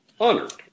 honored